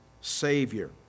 Savior